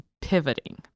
pivoting